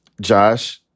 Josh